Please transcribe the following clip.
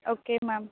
okay ma'am